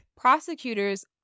prosecutors